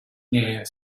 near